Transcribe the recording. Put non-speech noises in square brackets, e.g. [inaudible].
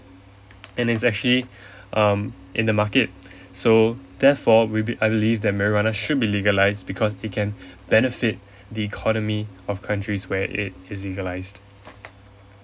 and it's actually [breath] um in the market [breath] so therefore we be~ I believe that marijuana should be legalized because it can [breath] benefit [breath] the economy of countries where it is legalized